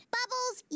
Bubbles